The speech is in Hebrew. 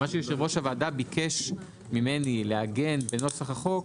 מה שיושב-ראש הוועדה ביקש ממני לעגן בנוסח החוק